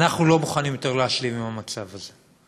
אנחנו לא מוכנים יותר להשלים יותר עם המצב הזה,